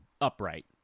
upright